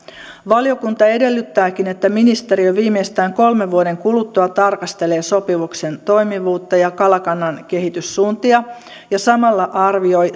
valiokunta edellyttääkin että ministeriö viimeistään kolmen vuoden kuluttua tarkastelee sopimuksen toimivuutta ja kalakannan kehityssuuntia ja samalla arvioi